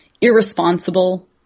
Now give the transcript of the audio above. irresponsible